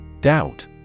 Doubt